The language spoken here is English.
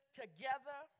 together